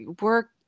work